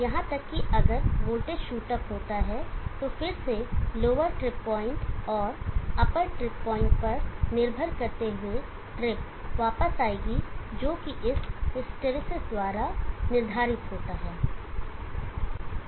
यहां तक कि अगर वोल्टेज शूट अप होता है तो फिर से लोवर ट्रिप पॉइंट और अपर ट्रिप पॉइंट पर निर्भर करते हुए ट्रिप वापस आएगी जो इस हिस्टैरिसीस द्वारा निर्धारित होता है